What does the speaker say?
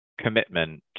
commitment